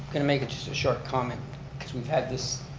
going to make it just a short comment because we've had this,